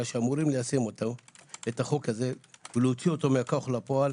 שאמורים ליישם את החוק הזה ולהוציאו מהכוח אל הפועל,